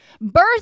Birth